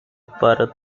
para